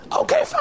Okay